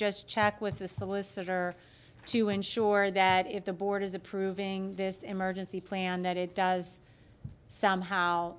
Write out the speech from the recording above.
just chat with the solicitor to ensure that if the board is approving this emergency plan that it does somehow